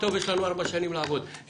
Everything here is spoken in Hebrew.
יש לנו ארבע שנים לעבוד.